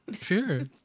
Sure